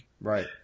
Right